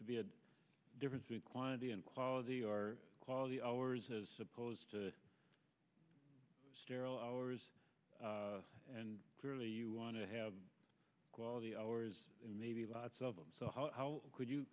o be a difference in quantity and quality are quality hours supposed to sterile hours and clearly you want to have quality hours maybe lots of them so how could you